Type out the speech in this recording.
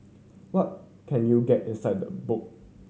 what can you get inside the book